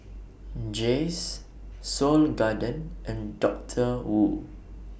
Jays Seoul Garden and Doctor Wu